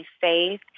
faith